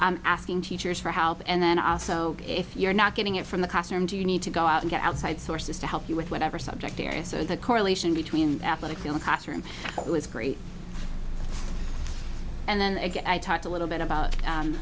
k asking teachers for help and then also if you're not getting it from the classroom do you need to go out and get outside sources to help you with whatever subject area so the correlation between athletic field classroom was great and then i talked a little bit about